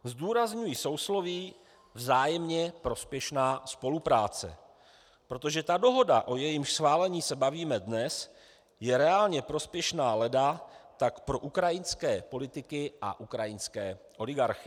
Zdůrazňuji sousloví vzájemně prospěšná spolupráce, protože ta dohoda, o jejímž schválení se bavíme dnes, je reálně prospěšná leda tak pro ukrajinské politiky a ukrajinské oligarchy.